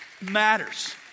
matters